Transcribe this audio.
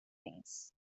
things